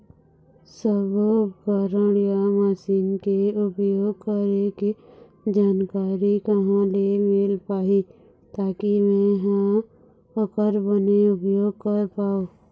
सब्बो उपकरण या मशीन के उपयोग करें के जानकारी कहा ले मील पाही ताकि मे हा ओकर बने उपयोग कर पाओ?